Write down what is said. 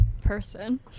person